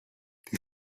die